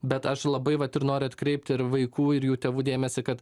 bet aš labai vat ir noriu atkreipti ir vaikų ir jų tėvų dėmesį kad